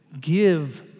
give